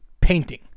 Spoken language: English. painting